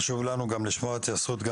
חשוב לנו גם לשמוע התייחסות של